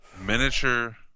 miniature